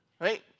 right